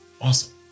Awesome